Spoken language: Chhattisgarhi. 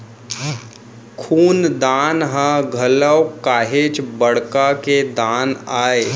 खून दान ह घलोक काहेच बड़का के दान आय